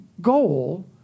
goal